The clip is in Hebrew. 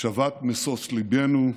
"שבת משוש לבנו,